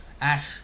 ash